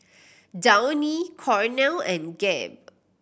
Downy Cornell and Gap